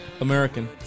American